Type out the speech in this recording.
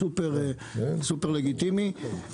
סופר לגיטימי.